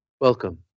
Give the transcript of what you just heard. welcome